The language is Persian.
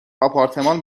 آپارتمان